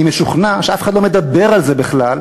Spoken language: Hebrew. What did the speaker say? אני משוכנע שאף אחד לא מדבר על זה בכלל,